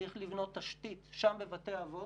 צריך לבנות תשתית שם בבתי האבות,